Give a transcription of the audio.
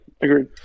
agreed